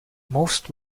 most